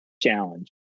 challenge